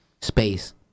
space